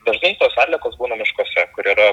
dažnai tos atliekos būna miškuose kur yra